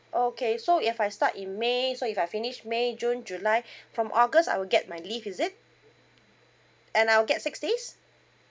okay so if I start in may so if I finish may june july from august I will get my leave is it and I'll get six days